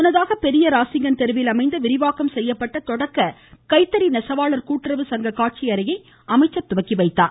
முன்னதாக பெரிய ராசிங்கன் தெருவில் அமைந்த விரிவாக்கம் செய்யப்பட்ட தொடக்க கைத்தறி நெசவாளர் கூட்டுறவு சங்க காட்சியறையை அமைச்சர் துவக்கி வைத்தார்